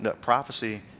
Prophecy